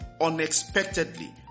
unexpectedly